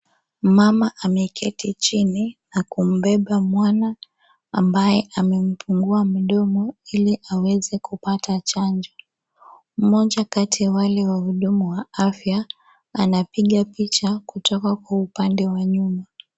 Mama ameketi chini na kumbeba mwana ambaye amefungua mdomo ili aweze kupata chanjo mmoja kati ya wale wahudumu wa afya anapiga picha kutoka kwa upande wa nyuma.